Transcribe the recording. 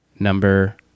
Number